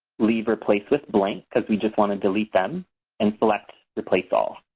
leave replace with blank because we just want to delete them and select replace all.